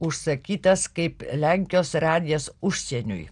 užsakytas kaip lenkijos radijas užsieniui